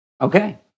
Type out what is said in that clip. Okay